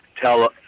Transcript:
tell